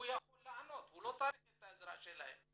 הוא יכול לענות, הוא לא צריך את העזרה שלכם.